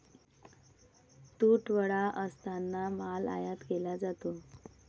तुटवडा असतानाही माल आयात केला जातो